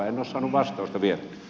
en ole saanut vastausta vieläkään